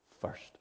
first